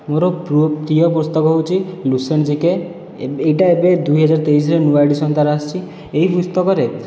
ମୋର ପ୍ରିୟ ପୁସ୍ତକ ହେଉଛି ଲୁସନ ଜିକେ ଏହିଟା ଏବେ ଦୁଇହଜାର ତେଇଶରେ ନୂଆ ଏଡ଼ିସନ ତା'ର ଆସିଛି ଏହି ପୁସ୍ତକରେ